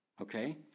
Okay